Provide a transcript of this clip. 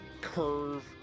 curve